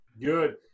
Good